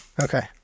Okay